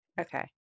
Okay